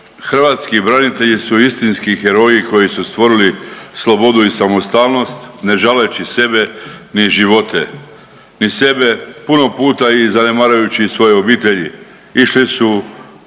hrvatski branitelji su istinski heroji koji su stvorili slobodu i samostalnost, ne žaleći sebe ni živote, ni sebe puno puta i zanemarujući svoje obitelji, išli su